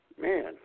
Man